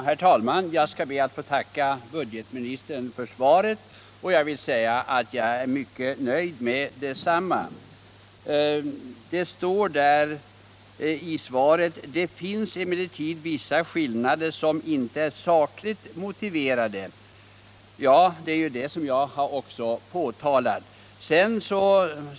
Herr talman! Jag ber att få tacka budgetministern för svaret, och jag vill säga att jag är mycket nöjd med detsamma. Det står i svaret: ”Det finns emellertid vissa skillnader som inte är sakligt motiverade.” Ja, det är detta jag har påtalat.